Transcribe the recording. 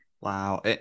Wow